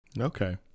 Okay